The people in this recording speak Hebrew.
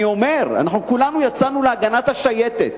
אני אומר: אנחנו כולנו יצאנו להגנת השייטת,